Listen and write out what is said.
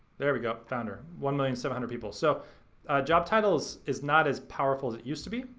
there we go, founder, one million seven hundred people. so job titles is not as powerful as it used to be,